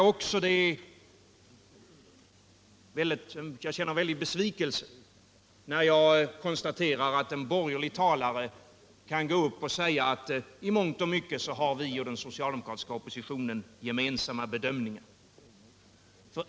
Jag känner en väldig besvikelse när en borgerlig talare kan gå upp och säga att de borgerliga partierna och den socialdemokratiska oppositionen i mångt och mycket har gemensamma bedömningar.